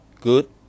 Good